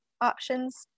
options